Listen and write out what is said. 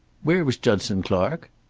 where was judson clark?